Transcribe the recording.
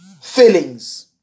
feelings